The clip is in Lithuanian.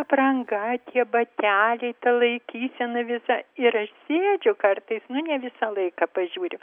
apranga tie bateliai ta laikysena visa ir aš sėdžiu kartais nu ne visą laiką pažiūriu